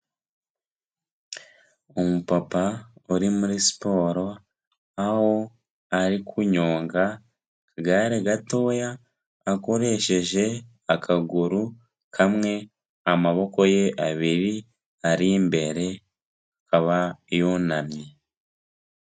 Umu papa uri muri siporo, aho ari kunyonga aka gare gatoya akoresheje akaguru kamwe, amaboko ye abiri ari imbere akaba yunamye.